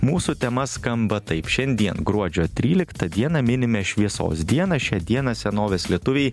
mūsų tema skamba taip šiandien gruodžio tryliktą dieną minime šviesos dieną šią dieną senovės lietuviai